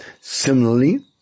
Similarly